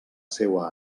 seua